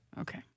Okay